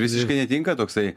visiškai netinka toksai